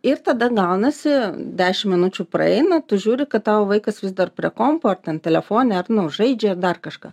ir tada gaunasi dešim minučių praeina tu žiūri kad tavo vaikas vis dar prie kompo ar ten telefone ar žaidžia ir dar kažką